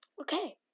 Okay